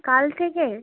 কাল থেকে